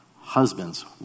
husbands